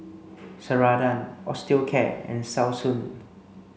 Ceradan Osteocare and Selsun